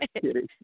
kidding